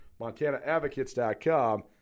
MontanaAdvocates.com